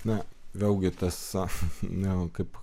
na vėlgi tas nu kaip